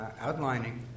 outlining